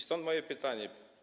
Stąd moje pytanie.